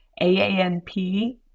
AANP